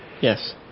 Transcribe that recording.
Yes